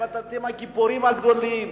אתם הגיבורים הגדולים.